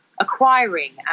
acquiring